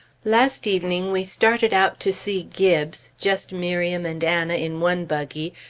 last evening we started out to see gibbes, just miriam and anna in one buggy,